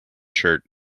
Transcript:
shirt